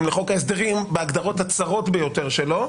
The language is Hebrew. לחוק ההסדרים בהגדרות הצרות ביותר שלו.